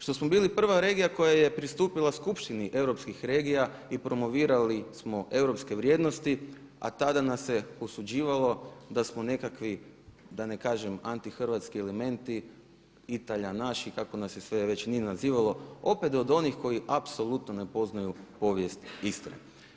Što smo bili prva regija koja je pristupila Skupštini europskih regija i promovirali smo europske vrijednosti, a tada nas se osuđivalo da smo nekakvi da ne kažem antihrvatski elementi, Italijanaši kako nas se sve već nije nazivalo opet od onih koji apsolutno ne poznaju povijest Istre.